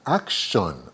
action